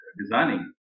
designing